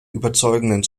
überzeugenden